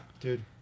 dude